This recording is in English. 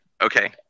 Okay